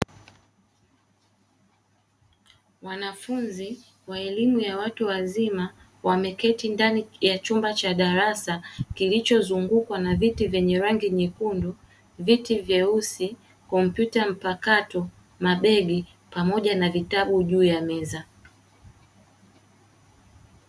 Wanafunzi wa elimu ya watu wazima, wameketi ndani ya chumba cha darasa, kilichozungukwa na viti vyenye rangi nyekundu, viti vyeusi, kompyuta mpakato, mabegi, pamoja na vitabu juu ya meza.